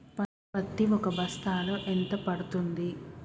పత్తి ఒక బస్తాలో ఎంత పడ్తుంది?